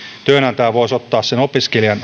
työnantaja voisi tehdä sen opiskelijan